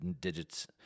digits